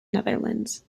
netherlands